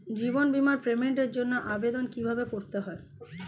জীবন বীমার পেমেন্টের জন্য আবেদন কিভাবে করতে হয়?